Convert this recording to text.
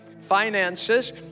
finances